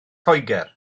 loegr